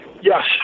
Yes